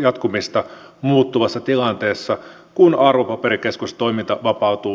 jatkumista muuttuvassa tilanteessa kun arvopaperikeskustoiminta vapautuu kilpailulle